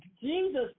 Jesus